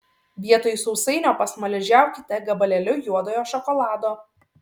vietoj sausainio pasmaližiaukite gabalėliu juodojo šokolado